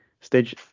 Stage